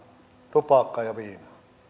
tupakkaa ja viinaa